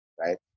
right